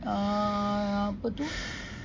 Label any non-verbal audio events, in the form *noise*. *breath*